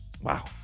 Wow